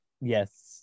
yes